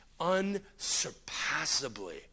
unsurpassably